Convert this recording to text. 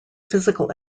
physical